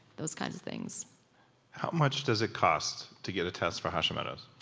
those kinds of things how much does it cost to get a test for hashimoto's?